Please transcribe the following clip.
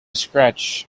scratch